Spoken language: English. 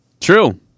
True